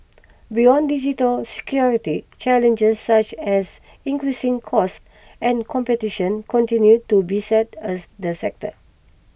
beyond digital security challenges such as increasing costs and competition continue to beset a the sector